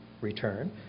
return